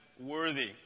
worthy